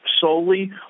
solely